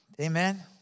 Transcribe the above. Amen